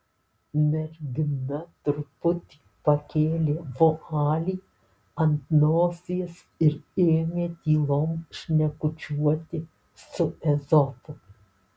mergina truputį pakėlė vualį ant nosies ir ėmė tylom šnekučiuoti su ezopu